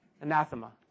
anathema